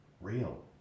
real